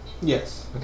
Yes